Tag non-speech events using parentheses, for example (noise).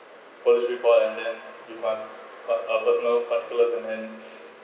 police report and then with um what uh personal calculate and then (breath)